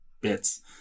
bits